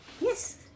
Yes